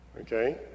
Okay